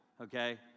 okay